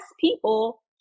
people